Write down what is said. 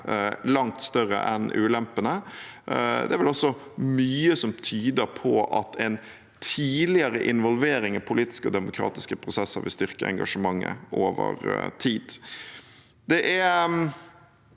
langt større enn ulempene. Det er vel også mye som tyder på at en tidligere involvering i politiske og demokratiske prosesser vil styrke engasjementet over tid. Til slutt